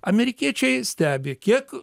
amerikiečiai stebi kiek